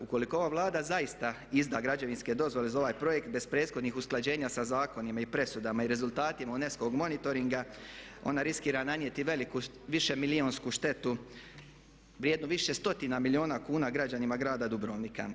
Ukoliko ova Vlada zaista izda građevinske dozvole za ovaj projekt bez prethodnih usklađenja sa zakonima i presudama i rezultatima UNESCO-vog monitoringa ona riskira nanijeti višemilijunsku štetu vrijednu više stotina milijuna kuna građanima grada Dubrovnika.